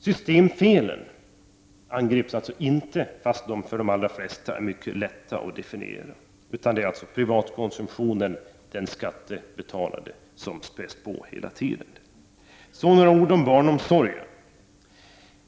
Systemfelen angrips alltså inte, fastän de för de allra flesta är mycket lätta att definiera. Hela tiden är det den skattefinansierade privatkonsumtionen som späs på. Så några ord om barnomsorgen.